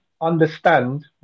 understand